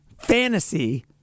fantasy